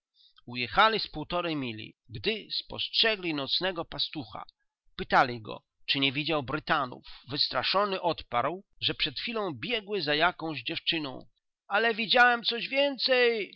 ujechali z półtory mili gdy spostrzegli nocnego pastucha pytali go czy nie widział brytanów wystraszony odparł że przed chwilą biegły za jakąś dziewczyną ale widziałem coś więcej